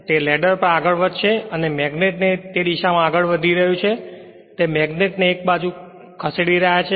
તે લેડર પણ આગળ વધશે અને મેગ્નેટ જે દિશામાં આગળ વધી રહ્યું છે તે મેગ્નેટ ને એક બાજુ તરફ ખસેડી રહ્યા છે